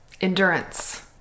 *Endurance*